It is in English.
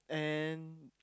and